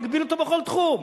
מגביל אותו בכל תחום,